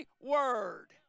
word